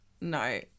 No